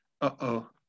Uh-oh